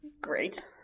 Great